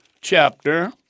chapter